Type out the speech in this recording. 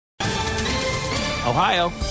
Ohio